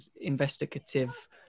investigative